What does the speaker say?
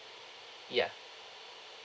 ya